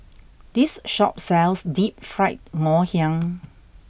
this shop sells deep fried Ngoh Hiang